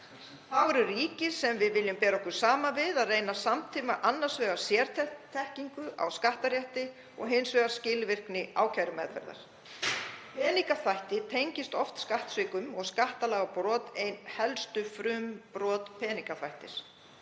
Þá eru ríki sem við viljum bera okkur saman við að reyna að samþætta annars vegar sérþekkingu á skattarétti og hins vegar skilvirkni ákærumeðferðar. Peningaþvætti tengist oft skattsvikum og skattalagabrot eru ein helstu frumbrot peningaþvættis.